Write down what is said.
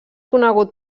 conegut